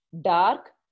dark